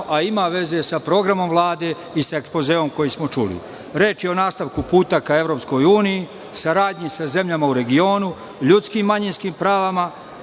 a ima veze sa programom Vlade i sa ekspozeom koji smo čuli. Reč je o nastavku puta ka EU, saradnji sa zemljama u regionu, ljudskim i manjinskim pravima,